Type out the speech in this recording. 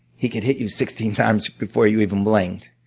he could hit you sixteen times before you even blinked.